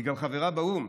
היא גם חברה באו"ם.